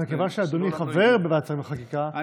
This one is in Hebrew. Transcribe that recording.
ומכיוון שאדוני חבר בוועדת שרים לחקיקה,